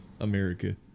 America